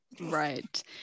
Right